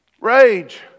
rage